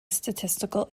statistical